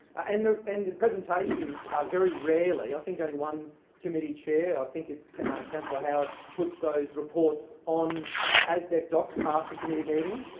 and the and the presentations are very rarely i think only one committee chair i think it's councillor howard, puts those reports on asdeqdocs after committee meetings.